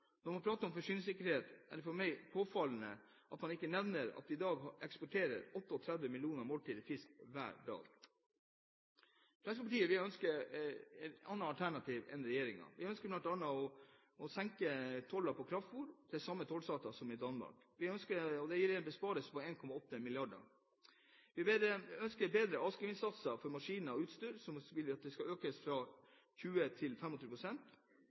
Når man prater om forsyningssikkerhet, er det for meg påfallende at man ikke nevner at vi i dag eksporterer 38 millioner måltider med fisk hver dag. Fremskrittspartiet ønsker et annet alternativ enn regjeringen. Vi ønsker bl.a. å senke tollen på kraftfôr til samme tollsatser som i Danmark. Det vil gi en besparelse på 1,8 mrd. kr. Vi ønsker bedre avskrivningssatser for maskiner og utstyr, som vi vil skal økes fra 20 til